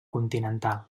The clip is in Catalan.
continental